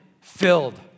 filled